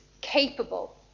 capable